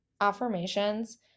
affirmations